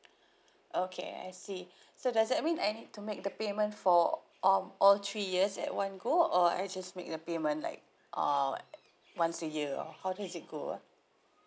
okay I see so does that mean I need to make the payment for all all three years at one go or I just make the payment like uh once a year or how does it go ah